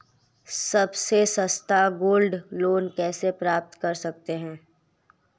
सबसे सस्ता gold loan कैसे प्राप्त कर सकते हैं?